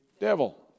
devil